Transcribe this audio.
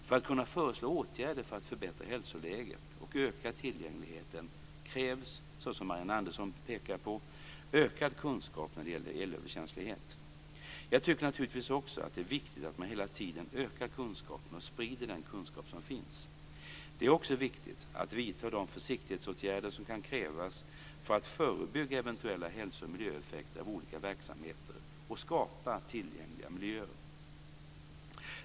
För att kunna föreslå åtgärder för att förbättra hälsoläget och öka tillgängligheten krävs, som Marianne Andersson pekar på, ökad kunskap när det gäller elöverkänslighet. Jag tycker naturligtvis också att det är viktigt att man hela tiden ökar kunskapen och sprider den kunskap som finns. Det är också viktigt att vidta de försiktighetsåtgärder som kan krävas för att förebygga eventuella hälso och miljöeffekter av olika verksamheter och skapa tillgängliga miljöer.